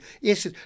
Yes